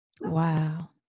Wow